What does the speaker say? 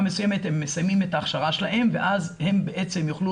מסוימת הם מסיימים את ההכשרה שלהם ואז הם בעצם יוכלו